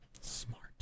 Smart